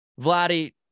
Vladdy